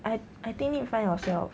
I I think need find yourself